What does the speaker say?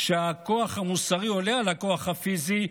שהכוח המוסרי עולה על הכוח הפיזי,